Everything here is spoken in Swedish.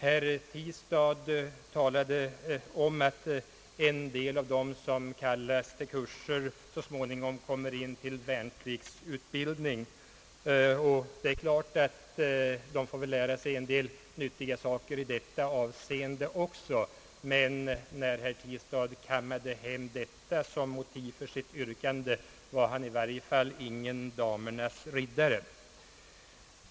Herr Tistad talade om att en del av de personer som kallas till kurser så småningom kommer in till värnpliktsutbildning. Det är klart att de väl då får lära sig en del nyttiga saker även i detta avseende, men när herr Tistad kammade hem det som motiv för sitt yrkande var han i varje fall ingen damernas riddare.